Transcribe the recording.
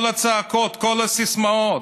כל הצעקות, כל הסיסמאות.